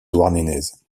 douarnenez